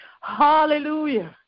hallelujah